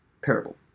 parable